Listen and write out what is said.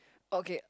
okay